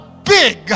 Big